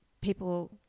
people –